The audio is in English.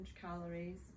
calories